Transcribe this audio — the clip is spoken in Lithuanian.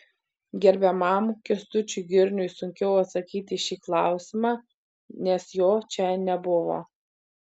gerbiamam kęstučiui girniui sunkiau atsakyti į šį klausimą nes jo čia nebuvo